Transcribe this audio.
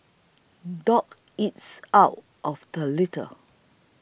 dog eats out of the litter